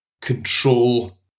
control